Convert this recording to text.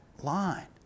line